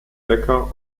becker